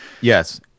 yes